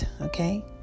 okay